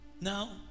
Now